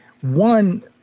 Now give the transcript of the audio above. one